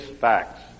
facts